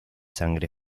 sangre